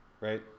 right